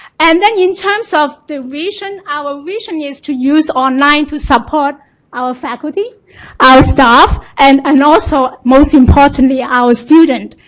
and then in terms of the reason, our reason is to use online to support our faculty, our staff and and also most importantly our student.